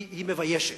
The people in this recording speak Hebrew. היא מביישת.